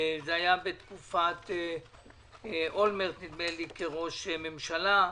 זה היה בתקופת אולמרט כראש ממשלה.